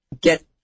get